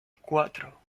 cuatro